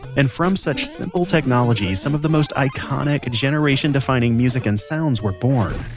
and from such simple technology some of the most iconic, generation-defining music and sounds were born